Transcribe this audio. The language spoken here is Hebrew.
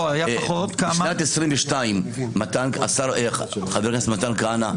בשנת 2022 חבר הכנסת מתן כהנא,